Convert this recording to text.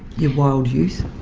your wild youth.